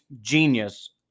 genius